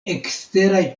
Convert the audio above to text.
eksteraj